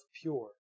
pure